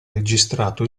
registrato